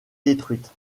détruites